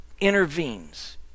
intervenes